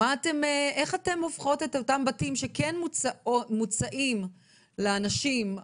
מה אתם או איך אתם הופכות את אותם הבתים שמוצעים לאותן הנשים,